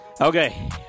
Okay